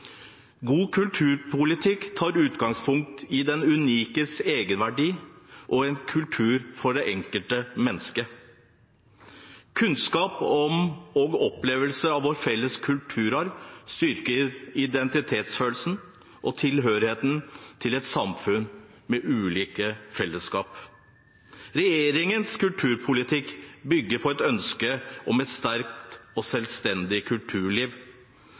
God kulturpolitikk tar utgangspunkt i den unikes egenverdi og en kultur for det enkelte mennesket. Kunnskap om og opplevelse av vår felles kulturarv styrker identitetsfølelsen og tilhørigheten til et samfunn med ulike fellesskap. Regjeringens kulturpolitikk bygger på et ønske om et sterkt og selvstendig kulturliv,